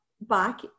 back